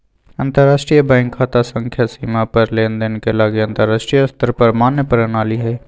अंतरराष्ट्रीय बैंक खता संख्या सीमा पार लेनदेन के लागी अंतरराष्ट्रीय स्तर पर मान्य प्रणाली हइ